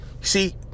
See